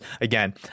again